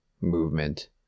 movement